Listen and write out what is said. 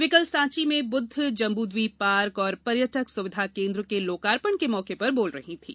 वे कल साँची में बृद्ध जम्बूद्वीप पार्क तथा पर्यटक सुविधा केन्द्र के लोकार्पण के मौके पर बोल रही थीं